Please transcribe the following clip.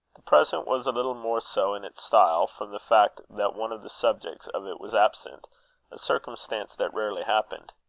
the present was a little more so in its style, from the fact that one of the subjects of it was absent, a circumstance that rarely happened.